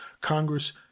congress